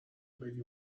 بدی